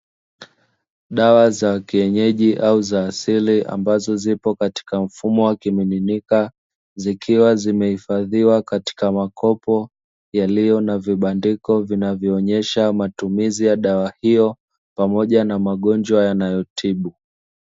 Dawa za kienyeji au asili ambazo zipo katika mfumo wa kimiminika, zikiwa zimehifadhiwa katika makopo yenye vibandiko, vinavyoonesha matumizi ya dawa hiyo pamoja na magonjwa yanayotibu.